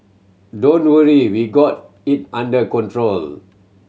don't worry we've got it under control